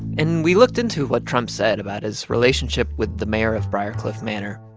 and we looked into what trump said about his relationship with the mayor of briarcliff manor.